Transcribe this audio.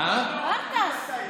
הוא גם טס.